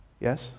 Yes